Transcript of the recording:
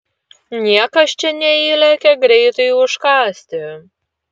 niekas čia neįlekia greitai užkąsti